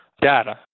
data